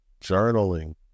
Journaling